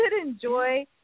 enjoy